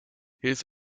his